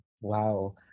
wow